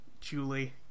Julie